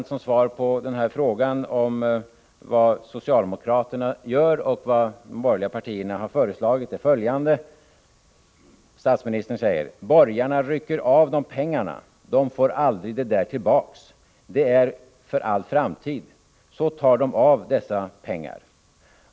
Som svar på frågan om vad socialdemokraterna gör och vad de borgerliga partierna har föreslagit säger statsministern ordagrant: ”Borgarna rycker av dom pengarna, dom får aldrig det där tillbaks, det är för all framtid, så tar dom av dom dessa pengar.